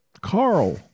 Carl